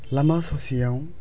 लामा ससेयाव